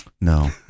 No